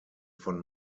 von